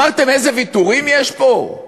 אמרתם איזה ויתורים יש פה?